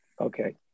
Okay